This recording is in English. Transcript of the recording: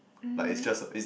mmhmm